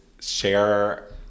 Share